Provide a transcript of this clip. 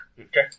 Okay